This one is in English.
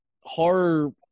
horror